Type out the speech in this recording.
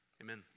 amen